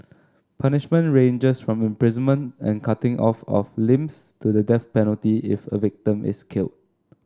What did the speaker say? punishment ranges from imprisonment and cutting off of limbs to the death penalty if a victim is killed